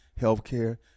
healthcare